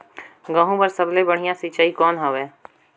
गहूं बर सबले बढ़िया सिंचाई कौन हवय?